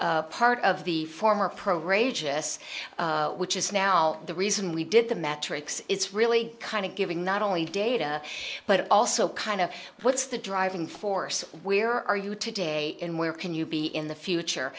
part of the former pro grade jess which is now the reason we did the metrics it's really kind of giving not only data but also kind of what's the driving force where are you today and where can you be in the future